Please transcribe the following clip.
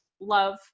love